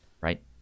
Right